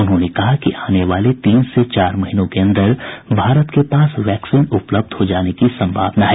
उन्होंने कहा कि आने वाले तीन से चार महीनों के अंदर भारत के पास वैक्सीन उपलब्ध हो जाने की सम्भावना है